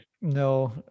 No